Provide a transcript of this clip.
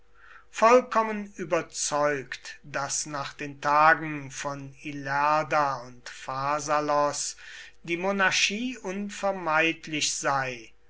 vollkommen überzeugt daß nach den tagen von ilerda und pharsalos die monarchie unvermeidlich sei